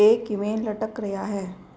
ਇਹ ਕਿਵੇਂ ਲਟਕ ਰਿਹਾ ਹੈ